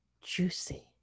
juicy